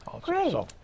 Great